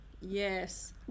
Yes